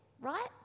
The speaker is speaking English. right